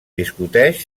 discuteix